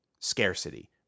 scarcity